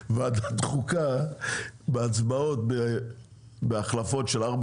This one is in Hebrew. בוועדת חוקה בהצבעות בהחלפות של ארבע